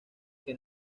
que